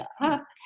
up